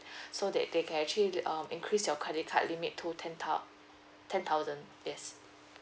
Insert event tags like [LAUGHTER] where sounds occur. [BREATH] so that they can actually um increase your credit card limit to ten thou~ ten thousand yes